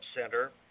Center